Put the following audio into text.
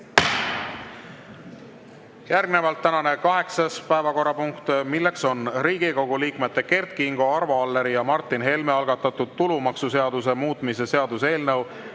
Järgnevalt tänane kaheksas päevakorrapunkt. Riigikogu liikmete Kert Kingo, Arvo Alleri ja Martin Helme algatatud tulumaksuseaduse muutmise seaduse eelnõu